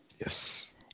Yes